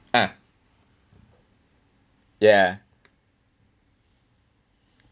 ah ya